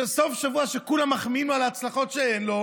סוף שבוע שבו כולם מחמיאים לו על ההצלחות שאין לו,